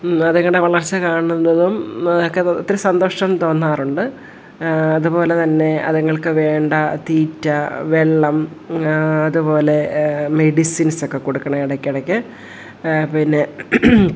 അതുങ്ങളുടെ വളർച്ച കാണുന്നതും ഒക്കെ ഒത്തിരി സന്തോഷം തോന്നാറുണ്ട് അതുപോലെ തന്നെ അതുങ്ങൾക്ക് വേണ്ട തീറ്റ വെള്ളം അത്പോലെ മെഡിസിൻസൊക്കെ കൊടുക്കണം ഇടക്കിടക്ക് പിന്നെ